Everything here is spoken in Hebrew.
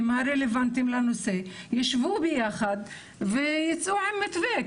הרלוונטיים לנושא יישבו ביחד וייצאו עם מתווה.